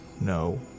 No